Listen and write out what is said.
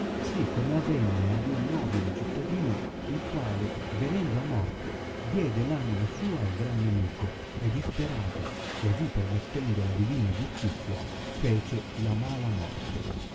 si come avenne ad un nobile cittadino il quale venendo a morte diede l anima sua al gran nemico e disperato così permettendo la divina giustizia fece la mala morte